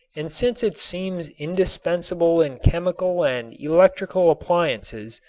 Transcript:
and since it seems indispensable in chemical and electrical appliances,